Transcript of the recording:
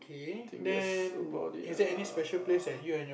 I think that's about it ah